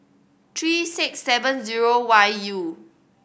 three six seven zero Y U